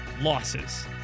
losses